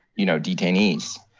you know, detainees.